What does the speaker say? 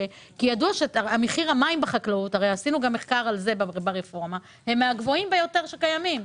ידוע שמחיר המים לחקלאות מהגבוה ביותר שקיים.